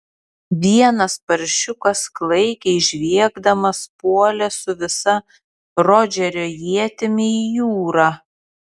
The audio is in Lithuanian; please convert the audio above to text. vienas paršiukas klaikiai žviegdamas puolė su visa rodžerio ietimi į jūrą